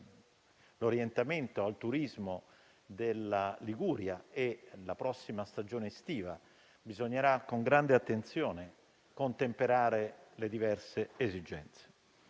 l'orientamento al turismo della Liguria e la prossima stagione estiva, bisognerà contemperare le diverse esigenze